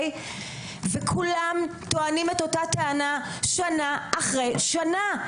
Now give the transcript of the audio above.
וכולם טוענים את אותה הטענה שנה אחרי שנה.